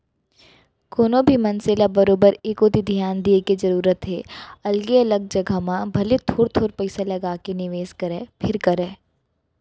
कोनो भी मनसे ल बरोबर ए कोती धियान दिये के जरूरत हे अलगे अलग जघा म भले थोर थोर पइसा लगाके निवेस करय फेर करय